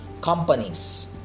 companies